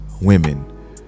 Women